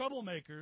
Troublemakers